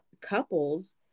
couples